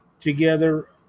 together